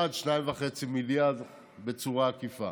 עד 2.5 מיליארד בצורה עקיפה.